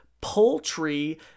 poultry